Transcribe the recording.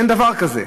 אין דבר כזה.